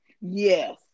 yes